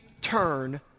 turn